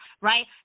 right